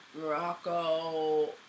Morocco